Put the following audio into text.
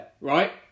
right